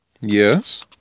Yes